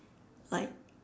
like